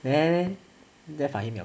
there there there fahim 有